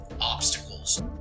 obstacles